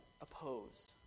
oppose